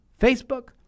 Facebook